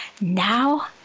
now